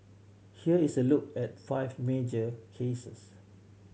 here is a look at five major cases